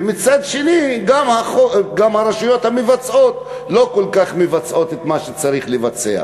ומצד שני גם הרשויות המבצעות לא כל כך מבצעות את מה שצריך לבצע.